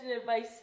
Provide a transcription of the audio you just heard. advice